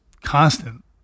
constant